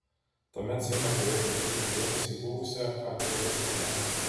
tuomet seimas galėtų nekreipti dėmesio į buvusią kt doktriną